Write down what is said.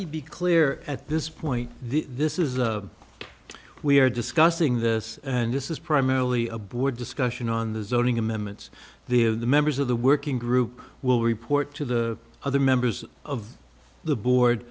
me be clear at this point this is a we are discussing this and this is primarily a board discussion on the zoning amendments there the members of the working group will report to the other members of the board